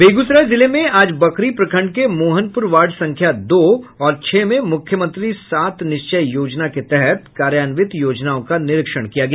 बेगूसराय जिले में आज बखरी प्रखंड के मोहनपूर वार्ड संख्या दो और छह में मुख्यमंत्री सात निश्चय योजना के तहत कार्यान्वित योजनाओं का निरीक्षण किया गया